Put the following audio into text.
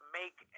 make